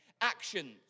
actions